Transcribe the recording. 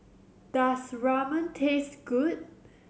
does Ramen taste good